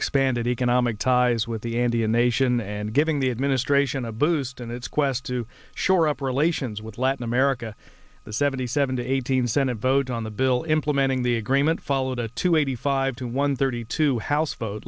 expanded economic ties with the andean nation and giving the administration a boost in its quest to shore up relations with latin america the seventy seven to eighteen senate vote on the bill implementing the agreement followed a two eighty five to one thirty two house